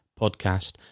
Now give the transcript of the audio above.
Podcast